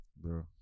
Bro